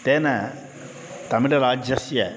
तेन तमिळराज्यस्य